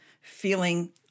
feeling